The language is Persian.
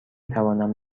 توانم